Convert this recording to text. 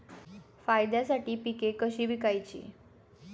फायद्यासाठी पिके कशी विकायची?